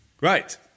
right